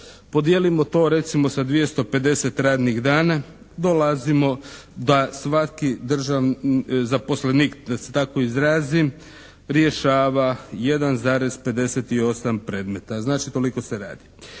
Podijelimo to recimo sa 250 radnih dana dolazimo da svaki zaposlenik da se tako izrazim rješava 1,58 predmeta. Znači, toliko se radi.